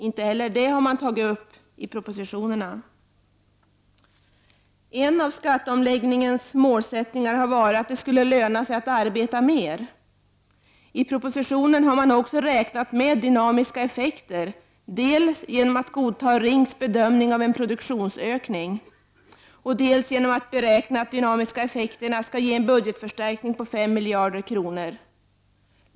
Inte heller detta har regeringen tagit upp i propositionerna. En av skatteomläggningens målsättningar har varit att det skall löna sig att arbeta mer. I propositionen har man också räknat med dynamiska effekter, dels genom att godta RINKs bedömning av en produktionsökning, dels genom att beräkna att de dynamiska effekterna skall ge en budgetförstärkning på 5 miljarder kronor.